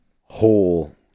whole